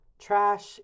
trash